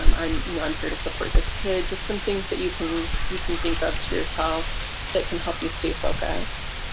um i'm you know i'm here to support this kid just some things that you can you can think of to yourself that can help you stay focused.